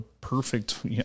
perfect